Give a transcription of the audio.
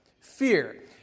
fear